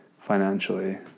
financially